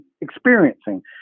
experiencing